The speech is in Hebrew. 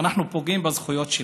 אנחנו פוגעים בזכויות שלהם.